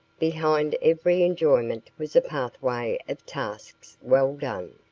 behind every enjoyment was a pathway of tasks well done.